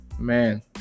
Man